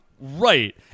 Right